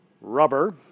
rubber